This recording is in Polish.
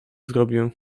zrobię